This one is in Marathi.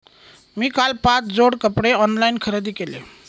मी काल पाच जोड कपडे ऑनलाइन खरेदी केले